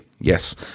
Yes